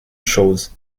chose